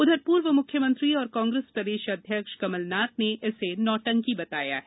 उधर पूर्व म्ख्यमंत्री और कांग्रेस प्रदेश अध्यक्ष कमलनाथ ने इसे नौटंकी बताया है